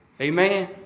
Amen